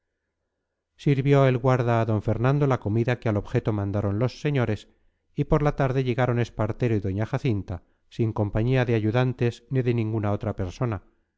sirvió el guarda a d fernando la comida que al objeto mandaron los señores y por la tarde llegaron espartero y doña jacinta sin compañía de ayudantes ni de ninguna otra persona